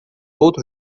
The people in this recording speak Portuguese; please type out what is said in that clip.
outro